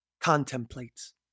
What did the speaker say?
contemplates